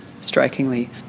strikingly